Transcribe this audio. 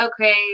okay